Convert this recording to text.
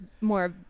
more